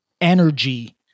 energy